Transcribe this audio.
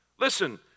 Listen